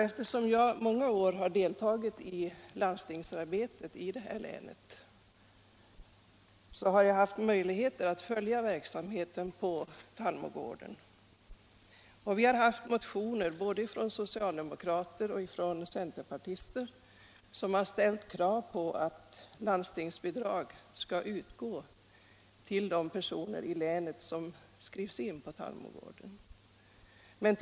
Eftersom jag i många år har deltagit i landstingsarbetet i länet har jag haft möjligheter att följa verksamheten på Tallmogården. Såväl socialdemokrater som centerpartister har lämnat motioner med krav på att landstingsbidrag skall utgå till de personer i länet som skrivs in på Tallmogården.